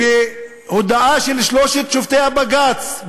בהודעה של שלושת שופטי הבג"ץ,